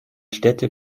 städte